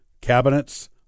cabinets